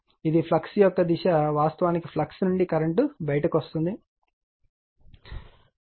ఇది ఫ్లక్స్ యొక్క దిశ మరియు వాస్తవానికి ఫ్లక్స్ నుండి కరెంట్ బయటకు వస్తుంది చూడండి